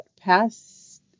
past